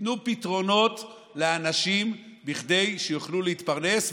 תיתנו פתרונות לאנשים כדי שיוכלו להתפרנס,